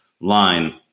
line